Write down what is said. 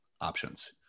options